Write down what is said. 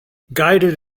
guided